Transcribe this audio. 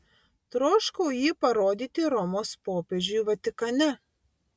troškau jį parodyti romos popiežiui vatikane